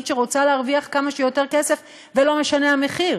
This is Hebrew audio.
שרוצה להרוויח כמה שיותר כסף ולא משנה המחיר.